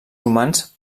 humans